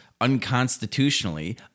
unconstitutionally